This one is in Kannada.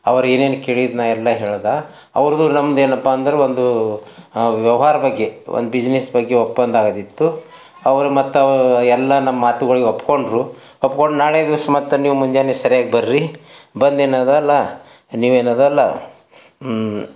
ಅವ್ರು ಏನೇನು ಕೇಳಿದ್ದು ನಾನು ಎಲ್ಲ ಹೇಳ್ದ ಅವ್ರದ್ದು ನಮ್ಮದು ಏನಪ್ಪ ಅಂದ್ರೆ ಒಂದು ವ್ಯವಹಾರ ಬಗ್ಗೆ ಒಂದು ಬಿಸಿನೆಸ್ ಬಗ್ಗೆ ಒಪ್ಪಂದ ಆಗೋದಿತ್ತು ಅವರು ಮತ್ತು ಅವರ ಎಲ್ಲ ನಮ್ಮ ಮಾತುಗಳಿಗೂ ಒಪ್ಪಿಕೊಂಡ್ರು ಒಪ್ಕೊಂಡು ನಾಳೆ ದಿವಸ ಮತ್ತು ನೀವು ಮುಂಜಾನೆ ಸರಿಯಾಗಿ ಬರ್ರಿ ಬಂದೆನದಲ್ಲ ನೀವೆನದಲ್ಲ